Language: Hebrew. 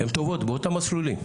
הן טובות באותן מסלולים,